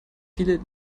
viele